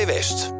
West